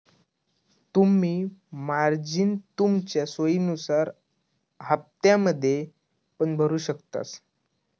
तुम्ही मार्जिन तुमच्या सोयीनुसार हप्त्त्यांमध्ये पण भरु शकतास